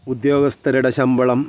ഉദ്യോഗസ്ഥരുടെ ശമ്പളം